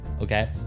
Okay